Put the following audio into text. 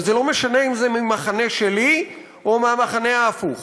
וזה לא משנה אם זה מהמחנה שלי או מהמחנה ההפוך.